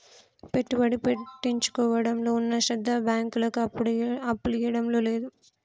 పెట్టుబడి పెట్టించుకోవడంలో ఉన్న శ్రద్ద బాంకులకు అప్పులియ్యడంల లేదు